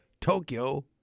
tokyo